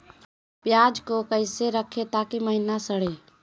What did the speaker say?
प्याज को कैसे रखे ताकि महिना सड़े?